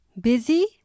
busy